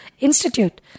institute